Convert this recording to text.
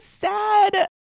sad